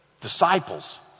disciples